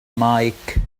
مايك